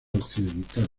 occidental